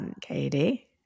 Katie